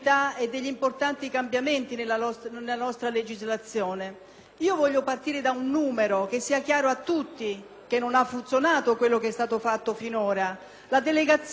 che non ha funzionato quello che è stato fatto finora: la delegazione italiana al Parlamento europeo è composta da 78 parlamentari; le donne sono soltanto 16,